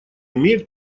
имеет